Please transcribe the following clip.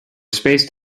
spaced